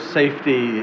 safety